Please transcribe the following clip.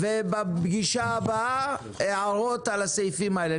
ובפגישה הבאה ההערות על הסעיפים האלה.